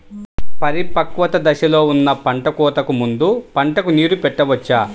పరిపక్వత దశలో ఉన్న పంట కోతకు ముందు పంటకు నీరు పెట్టవచ్చా?